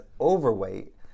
overweight